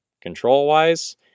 control-wise